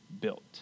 built